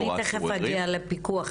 אני תיכף אגיע לפיקוח,